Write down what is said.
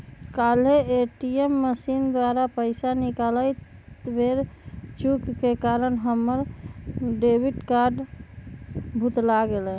काल्हे ATM machine द्वारा पइसा निकालइत बेर चूक के कारण हमर डेबिट कार्ड भुतला गेल